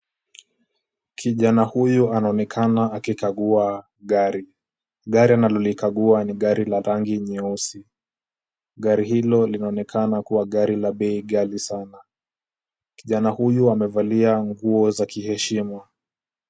Kijana huyu anaonekana akikagua gari. Gari analolikagua ni gari la rangi nyeusi. Gari hilo linaonekana kuwa gari la bei ghali sana. Kijana huyu amevalia nguo za kiheshima.